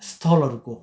स्थलहरूको